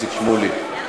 איציק שמולי,